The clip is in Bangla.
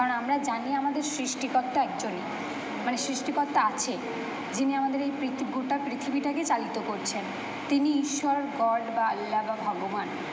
কারণ আমরা জানি আমাদের সৃষ্টিকর্তা একজনই মানে সৃষ্টিকর্তা আছে যিনি আমাদের এই গোটা পৃথিবীটাকে চালিত করছেন তিনি ঈশ্বর গড বা আল্লা বা ভগবান